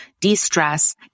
de-stress